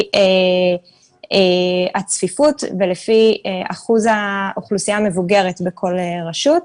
לפי הצפיפות ולפי אחוז האוכלוסייה המבוגרת בכל רשות ורשות.